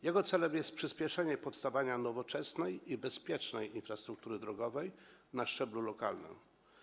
Jego celem jest przyspieszenie powstawania nowoczesnej i bezpiecznej infrastruktury drogowej na szczeblu lokalnym.